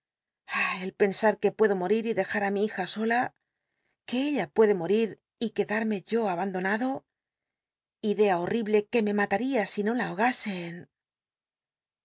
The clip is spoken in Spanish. el pens w que puedo morir dejar ü mi bija sola que ella puede morir y qncdarrnr o abandonado i lea hortihlc qur me malaria i no la